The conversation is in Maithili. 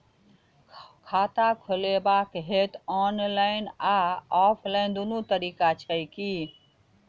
खाता खोलेबाक हेतु ऑनलाइन आ ऑफलाइन दुनू तरीका छै की?